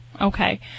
okay